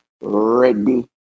ready